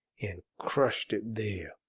and crushed it there,